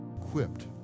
equipped